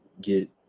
get